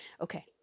okay